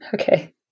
Okay